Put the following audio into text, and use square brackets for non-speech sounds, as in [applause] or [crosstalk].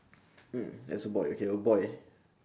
[noise] that's a boy okay a boy